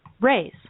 raise